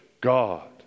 God